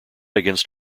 against